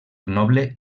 noble